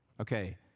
Okay